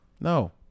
No